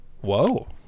Whoa